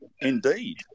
indeed